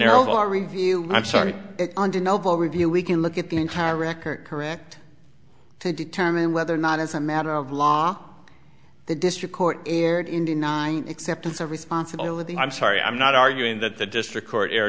terrible review i'm sorry undeniable review we can look at the entire record correct determine whether or not as a matter of law the district court erred in the nine acceptance of responsibility i'm sorry i'm not arguing that the district court